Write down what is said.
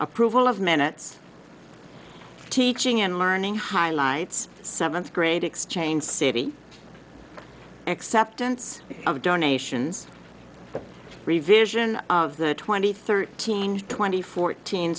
approval of minutes teaching and learning highlights seventh grade exchange city acceptance of donations revision of the twenty thirteen twenty fourteen